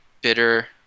bitter